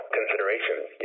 considerations